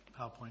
PowerPoint